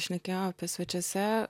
šnekėjo apie svečiuose